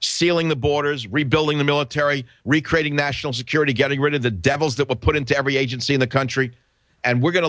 sealing the borders rebuilding the military recreating national security getting rid of the devils that will put into every agency in the country and we're going to